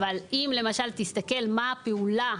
אבל אם למשל תסתכל מה הפעולה,